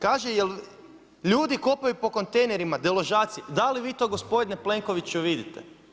Kaže jel', ljudi kopaju po kontejnerima, deložacije, da li vi to gospodine Plenkoviću vidite?